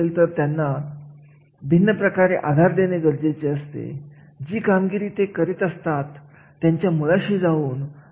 णि कनिष्ठ कामगिरी करणार्यांसाठी कनिष्ठ वेतन असते